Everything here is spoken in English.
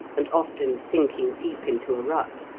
and often sinking deep into a rut.